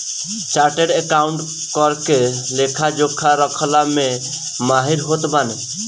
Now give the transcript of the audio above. chartered accountant कर के लेखा जोखा रखला में माहिर होत बाने